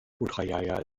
putrajaya